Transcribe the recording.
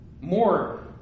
more